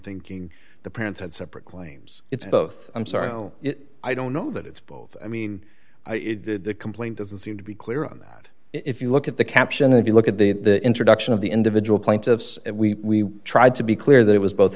thinking the parents had separate claims it's both i'm sorry no i don't know that it's both i mean the complaint doesn't seem to be clear on that if you look at the caption if you look at the introduction of the individual plaintiffs and we tried to be clear that it was both